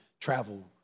travel